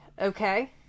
Okay